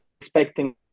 expecting